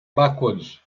backwards